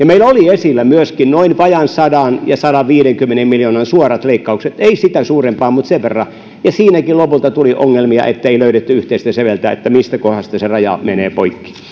meillä oli esillä myöskin noin vajaan sata ja sadanviidenkymmenen miljoonan suorat leikkaukset ei niitä suurempia mutta sen verran niissäkin lopulta tuli ongelmia ettei löydetty yhteistä säveltä mistä kohdasta se raja menee poikki